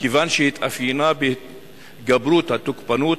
כיוון שהתאפיינה בהתגברות התוקפנות,